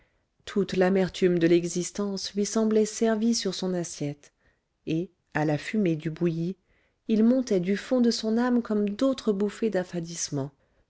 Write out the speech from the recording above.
toute l'amertume de l'existence lui semblait servie sur son assiette et à la fumée du bouilli il montait du fond de son âme comme d'autres bouffées d'affadissement